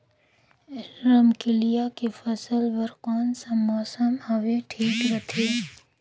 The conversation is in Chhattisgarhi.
रमकेलिया के फसल बार कोन सा मौसम हवे ठीक रथे?